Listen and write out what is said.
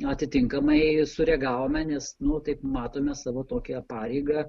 atitinkamai sureagavome nes nu taip matome savo tokią pareigą